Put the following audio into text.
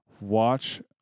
watch